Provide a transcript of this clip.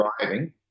driving